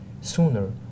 sooner